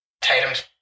Tatum's